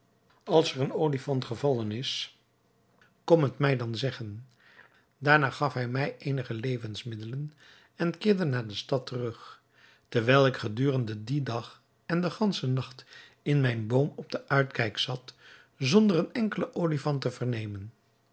als er een olifant gevallen is kom het mij dan zeggen daarna gaf hij mij eenige levensmiddelen en keerde naar de stad terug terwijl ik gedurende dien dag en den ganschen nacht in mijn boom op den uitkijk zat zonder een enkelen olifant te vernemen